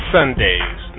Sundays